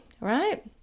right